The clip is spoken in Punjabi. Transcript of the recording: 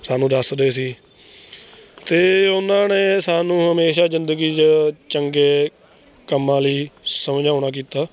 ਸਾਨੂੰ ਦੱਸਦੇ ਸੀ ਅਤੇ ਉਹਨਾਂ ਨੇ ਸਾਨੂੰ ਹਮੇਸ਼ਾਂ ਜ਼ਿੰਦਗੀ 'ਚ ਚੰਗੇ ਕੰਮਾਂ ਲਈ ਸਮਝਾਉਣਾ ਕੀਤਾ